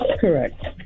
Correct